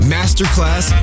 Masterclass